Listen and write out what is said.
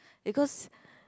because